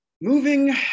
moving